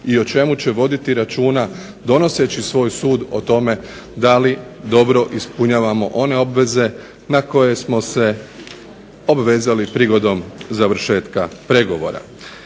i o čemu će voditi računa donoseći svoj sud o tome da li dobro ispunjavamo one obveze na koje smo se obvezali prigodom završetka pregovora.